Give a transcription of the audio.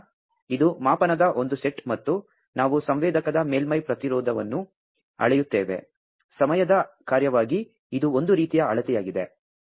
ಆದ್ದರಿಂದ ಇದು ಮಾಪನದ ಒಂದು ಸೆಟ್ ಮತ್ತು ನಾವು ಸಂವೇದಕದ ಮೇಲ್ಮೈ ಪ್ರತಿರೋಧವನ್ನು ಅಳೆಯುತ್ತೇವೆ ಸಮಯದ ಕಾರ್ಯವಾಗಿ ಇದು ಒಂದು ರೀತಿಯ ಅಳತೆಯಾಗಿದೆ